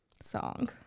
song